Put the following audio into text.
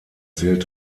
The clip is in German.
zählt